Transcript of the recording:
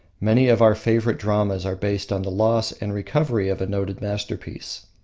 many of our favourite dramas are based on the loss and recovery of a noted masterpiece.